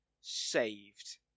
saved